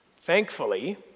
Thankfully